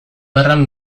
gerran